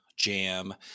jam